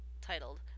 titled